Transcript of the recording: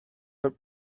but